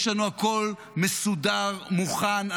יש לנו הכול מסודר, מוכן.